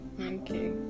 okay